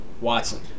Watson